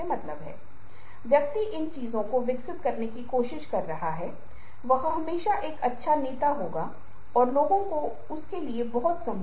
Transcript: यदि आप अन्य स्लाइड्स को भी देखें तो आप पाएंगे कि प्रत्येक मामले में बहुत जल्दी कुछ अवधारणा हो रही है केवल अशाब्दिक संचार केमाध्यम से सुझाव दिया गया है